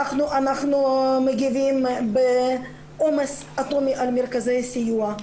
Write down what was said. מגיבים בעומס אטומי על מרכזי הסיוע.